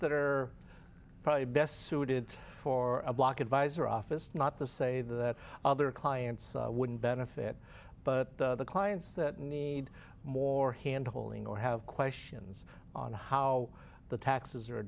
that are probably best suited for a block advisor office not to say that other clients wouldn't benefit but the clients that need more hand holding or have questions on how the taxes are